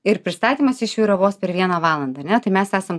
ir pristatymas iš jų yra vos per vieną valandą ar ne tai mes esam